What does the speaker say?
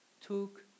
took